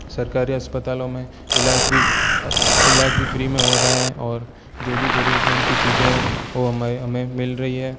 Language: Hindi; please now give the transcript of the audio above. सरकारी अस्पतालों में इलाज भी इलाज भी फ़्री में हो रहा है और जो भी ज़रूरतमंद की चीज़ें हैं वो हमारे हमें मिल रही हैं